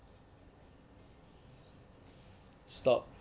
stop